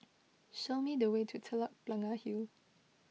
show me the way to Telok Blangah Hill